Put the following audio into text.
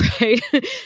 right